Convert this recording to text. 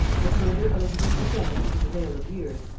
the further elizabeth descended into the vale of years,